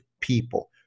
people